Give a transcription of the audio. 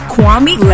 Kwame